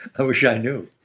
i wish i knew